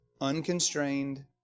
unconstrained